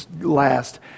last